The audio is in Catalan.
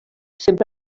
sempre